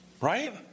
Right